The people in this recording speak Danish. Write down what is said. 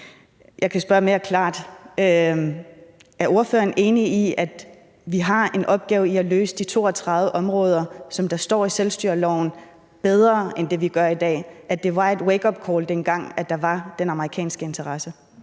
Er ordføreren enig i, at vi har en opgave i at løse de 32 områder, der står i selvstyreloven, bedre end det, vi gør i dag, og at det var et wakeupcall, dengang der var den amerikanske interesse?